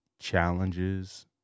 challenges